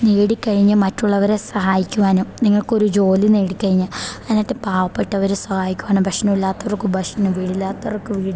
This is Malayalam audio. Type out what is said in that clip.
നേടിക്കഴിഞ്ഞ് മറ്റുള്ളവരെ സഹായിക്കുവാനും നിങ്ങൾക്കൊരു ജോലി നേടിക്കഴിഞ്ഞ് എന്നിട്ട് പാവപ്പെട്ടവരെ സഹായിക്കുവാനും ഭക്ഷണം ഇല്ലാത്തവർക്ക് ഭക്ഷണം വീടില്ലാത്തവർക്ക് വീട്